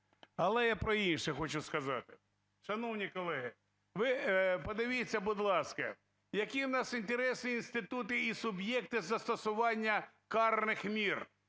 Але я про інше хочу сказати. Шановні колеги, ви подивіться, будь ласка, які в нас інтереси, інститути і суб'єкти застосування карних мір,